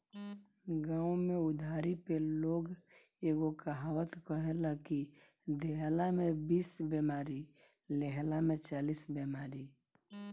गांव में उधारी पे लोग एगो कहावत कहेला कि देहला में बीस बेमारी, लेहला में चालीस बेमारी